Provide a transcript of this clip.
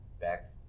back